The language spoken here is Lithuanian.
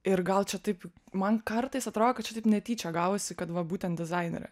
ir gal čia taip man kartais atro kad čia taip netyčia gavosi kad va būtent dizainere